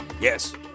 Yes